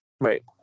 Right